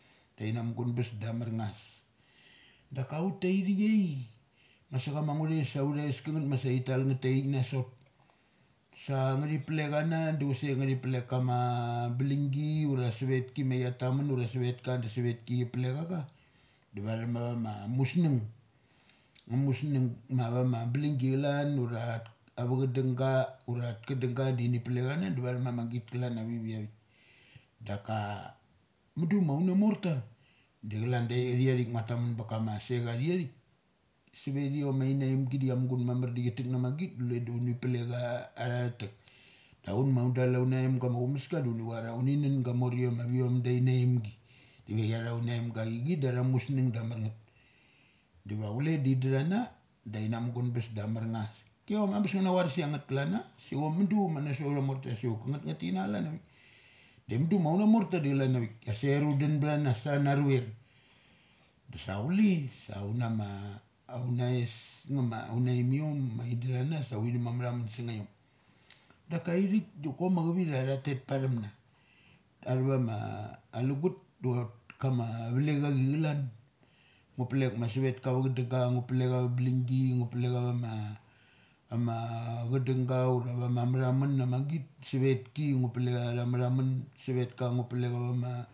Da ina mugun bes da amor ngus. Da ka ut ta ithiai, masa nga ma ngu thais ta ithik na sot, sa thi plek ana duchusek nga thi palek ama balinggi ura suvetki ma chia tamanun ura suvetka da suveki chi palek acha da vathum ava ma musnung. Amusnung mava ma balinggi chalan at ava chadungga ura atha ka dung ga dini plek ana da vathum mamagi kalan avi viavik. Daka mudu ma aunamorta, da chlan da ithi a thik ma ngua tamun ba kama se cha thi athik. Savethi om aingamimgi da chia chun mamar da chia tek na magit du chule do uni palek a atha thalek da un ma undal aunaimaga ma aumaska dua ini vara uni nun gamoriaom aviom dain naimgi ia cha thaun naimga ia chi da tha musnung da amarngeth. Dava chule da indatha na, da ina mugun bes da amarngus. Kiom ang bes ngu na varasia ngeth kalanna, so chok mudu ma na sot aunamorta si chok kangeth nga tikina cha lan avik. Dan mudu ma avna morta da chalan avik aser un dun btha na sa naruer. Dasa chute sa unama aum ais nga ma aunaimiom main da tha na sa uthi thum ma ma th amun sung nga iom. Daka ithik dok koma chivitha tha tet patham na. Athava ma alu gut do chok kama valek achi chalan. Ngu plek kama savet ka ava cha dung ga ngu palek ava blinggi, ngu plek ava ma ama chadung gai ura vama mathamun ama git savet ki ngu plek atha matha mun, savet ka ngu plek ava ma.